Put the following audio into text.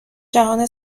جهان